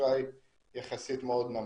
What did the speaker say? אשראי יחסית מאוד נמוך.